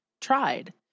tried